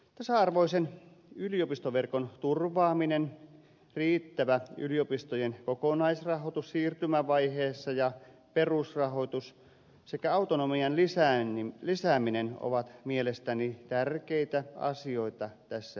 tasa arvoisen yliopistoverkon turvaaminen riittävä yliopistojen kokonaisrahoitus siirtymävaiheessa ja perusrahoitus sekä autonomian lisääminen ovat mielestäni tärkeitä asioita tässä uudistuksessa